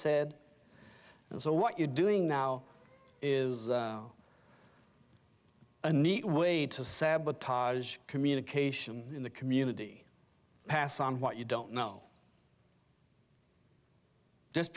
said and so what you're doing now is a neat way to sabotage communication in the community pass on what you don't know just